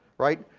right?